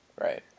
right